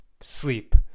Sleep